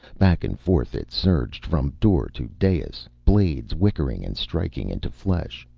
back and forth it surged, from door to dais, blades whickering and striking into flesh,